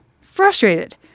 frustrated